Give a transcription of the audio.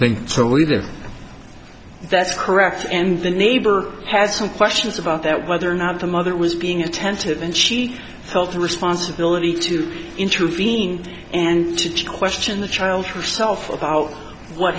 think so either that's correct and the neighbor has some questions about that whether or not the mother was being attentive and she felt a responsibility to intervene and to question the child herself about what